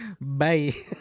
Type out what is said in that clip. Bye